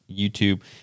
YouTube